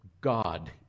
God